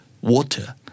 Water